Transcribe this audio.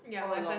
all along